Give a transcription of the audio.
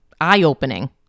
eye-opening